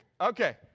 Okay